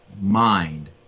mind